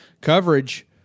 coverage